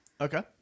Okay